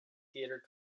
theatre